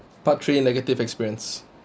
part three negative experience